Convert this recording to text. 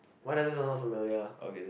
why does this sound so familiar